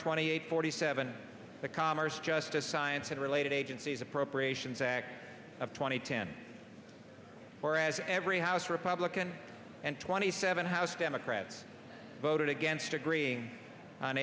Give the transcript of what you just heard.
twenty eight forty seven the commerce justice science and related agencies appropriations act of two thousand and ten whereas every house republican and twenty seven house democrats voted against agreeing on